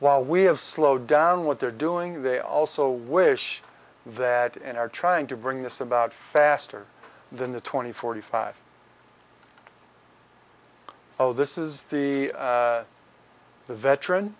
while we have slowed down what they're doing they also wish that and are trying to bring this about faster than the twenty forty five oh this is the